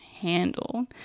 handle